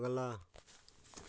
अगला